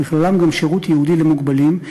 ובכלל זה גם שירות ייעודי למוגבלים,